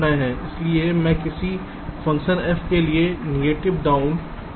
इसलिए मैं किसी फ़ंक्शन f के लिए नोटिंग डाउन कर रहा हूं